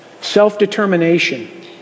self-determination